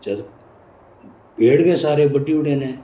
जद पेड़ गै सारे बड्ढी ओह्ड़े इ'नें